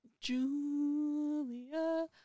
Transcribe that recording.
Julia